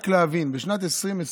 רק כדי להבין: בשנת 2020,